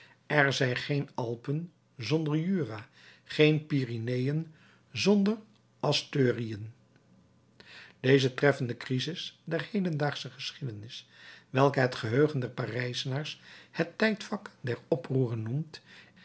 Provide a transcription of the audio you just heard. er zijn geen alpen zonder jura geen pyreneeën zonder asturiën deze treffende crisis der hedendaagsche geschiedenis welke het geheugen der parijzenaars het tijdvak der oproeren noemt